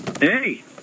Hey